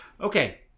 Okay